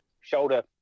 shoulder